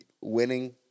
winning –